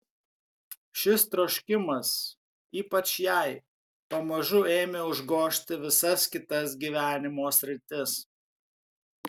šis troškimas ypač jai pamažu ėmė užgožti visas kitas gyvenimo sritis